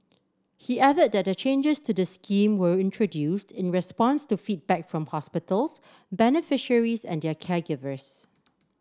he added that the changes to the scheme were introduced in response to feedback from hospitals beneficiaries and their caregivers